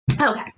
okay